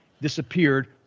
disappeared